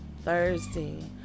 Thursday